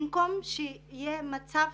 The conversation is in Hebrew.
במקום שיהיה מצב